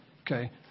okay